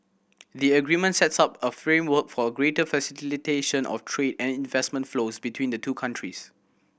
the agreement sets up a framework for a greater facilitation of trade and investment flows between the two countries